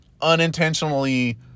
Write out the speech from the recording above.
unintentionally